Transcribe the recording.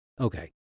Okay